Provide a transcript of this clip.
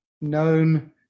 known